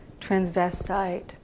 transvestite